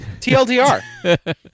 TLDR